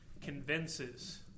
convinces